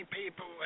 people